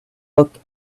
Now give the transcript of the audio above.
took